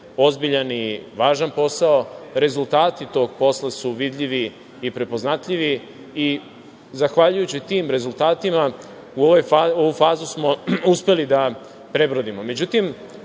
ozbiljan i važan posao. Rezultati tog posla su vidljivi i prepoznatljivi i zahvaljujući tim rezultatima ovu fazu smo uspeli da prebrodimo.Međutim,